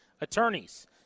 attorneys